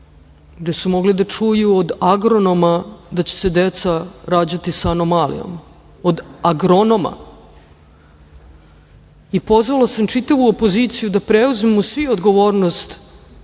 gde su mogli da čuju od agronoma da će se deca rađati sa anomalijom, od agronoma i pozvala sam čitavu opoziciju da preuzmu svi odgovornost